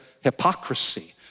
hypocrisy